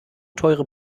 teure